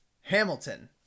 Hamilton